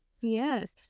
Yes